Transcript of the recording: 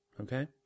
Okay